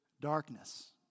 darkness